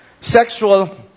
sexual